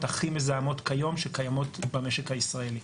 הכי מזהמות כיום שקיימות במשק הישראלי.